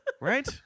right